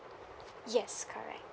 yes correct